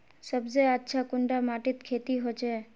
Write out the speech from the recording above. सबसे अच्छा कुंडा माटित खेती होचे?